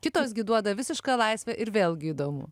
kitos gi duoda visišką laisvę ir vėlgi įdomu